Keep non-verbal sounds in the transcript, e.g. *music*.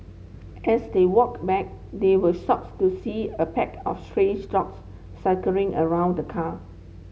as they walked back they were shocks to see a pack of stray *unintelligible* dogs circling around the car